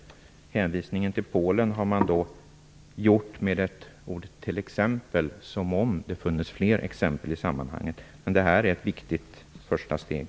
Vid hänvisningen till Polen har man använt sig av "t.ex.", som om det funnes fler exempel i sammanhanget. Men detta är ett viktigt första steg.